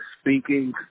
speaking